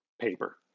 paper